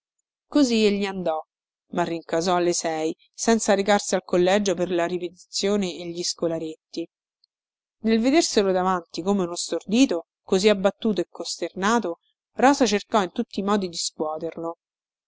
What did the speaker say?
così egli andò ma rincasò alle sei senza recarsi al collegio per la ripetizione a gli scolaretti nel vederselo davanti come uno stordito così abbattuto e costernato rosa cercò in tutti i modi di scuoterlo